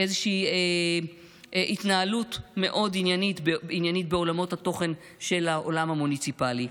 איזושהי התנהלות עניינית מאוד בעולמות התוכן של העולם המוניציפלי.